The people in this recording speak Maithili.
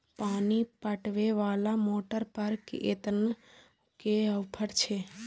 पानी पटवेवाला मोटर पर केतना के ऑफर छे?